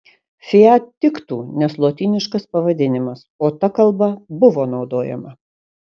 fiat tiktų nes lotyniškas pavadinimas o ta kalba buvo naudojama